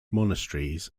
monasteries